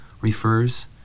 refers